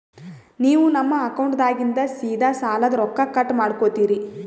ನೀವು ನಮ್ಮ ಅಕೌಂಟದಾಗಿಂದ ಸೀದಾ ಸಾಲದ ರೊಕ್ಕ ಕಟ್ ಮಾಡ್ಕೋತೀರಿ?